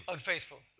Unfaithful